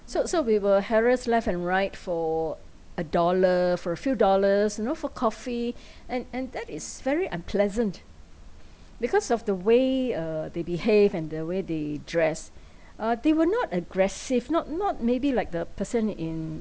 so so we were harassed left and right for a dollar for a few dollars you know for coffee and and that is very unpleasant because of the way uh they behave and the way they dress uh they were not aggressive not not maybe like the person in